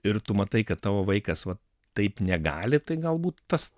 ir tu matai kad tavo vaikas va taip negali tai galbūt tas